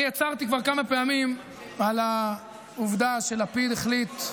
אני הצהרתי כבר כמה פעמים על העובדה שלפיד החליט,